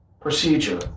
procedure